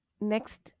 Next